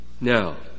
Now